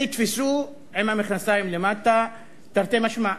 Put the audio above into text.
שנתפסו עם המכנסיים למטה, תרתי משמע.